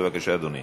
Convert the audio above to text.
בבקשה, אדוני.